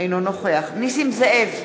אינו נוכח נסים זאב,